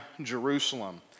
Jerusalem